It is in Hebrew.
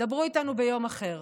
דברו איתנו ביום אחר.